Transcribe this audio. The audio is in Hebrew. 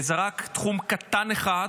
וזה רק תחום קטן אחד,